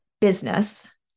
business